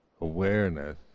awareness